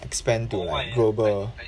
expand to like global